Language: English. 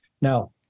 Now